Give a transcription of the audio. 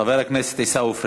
חבר הכנסת עיסאווי